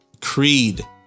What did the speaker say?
creed